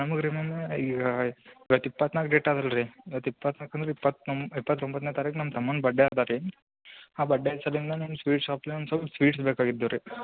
ನಮಗೆ ರೀ ಈಗ ಇವತ್ತು ಇಪ್ಪತ್ತ ನಾಲ್ಕು ಡೇಟ್ ಅದೆ ಅಲ್ಲ ರೀ ಇವತ್ತು ಇಪ್ಪತ್ತನಾಲ್ಕು ಅಂದ್ರೆ ಇಪ್ಪತೊಂಬ ಇಪತೊಂಬತ್ತನೇ ತಾರಿಕು ನಮ್ಮ ತಮ್ಮನ ಬರ್ಡ್ಡೆ ಅದೆ ರೀ ಆ ಬರ್ಡ್ಡೆ ದಿಂದ ನಾನು ಸ್ವೀಟ್ ಶಾಪಲ್ಲೆ ಒನ್ಸೊಲ್ಪ ಸ್ವೀಟ್ಸ್ ಬೇಕಾಗಿದ್ದವು ರೀ